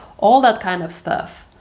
all that kind of stuff.